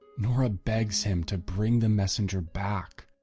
nora begs him to bring the messenger back,